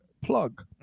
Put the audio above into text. plug